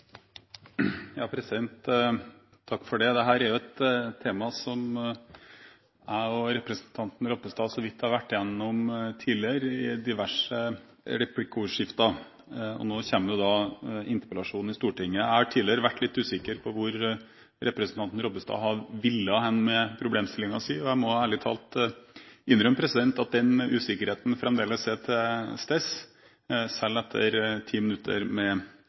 representanten Ropstad så vidt har vært gjennom tidligere i diverse replikkordskifter, og nå kommer interpellasjonen i Stortinget. Jeg har tidligere vært litt usikker på hvor representanten Ropstad har villet hen med problemstillingen sin, og jeg må ærlig talt innrømme at usikkerheten fremdeles er til stede, selv etter 10 minutter med